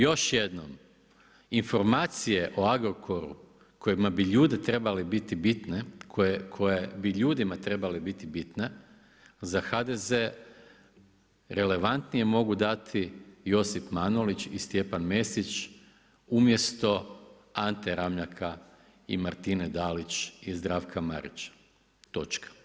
Još jednom, informacije o Agrokoru koje bi ljudima trebale biti bitne, koje bi ljudima trebale biti bitne za HDZ relevantnije mogu dati Josip Manolić i Stjepan Mesić umjesto Ante Ramljaka i Martine Dalić i Zdravka Marića.